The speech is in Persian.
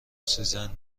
سیزن